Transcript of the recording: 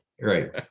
Right